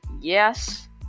yes